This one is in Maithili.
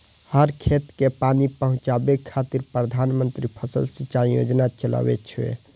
हर खेत कें पानि पहुंचाबै खातिर प्रधानमंत्री फसल सिंचाइ योजना चलै छै